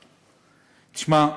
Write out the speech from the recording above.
תשמע,